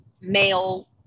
male